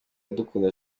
iradukunda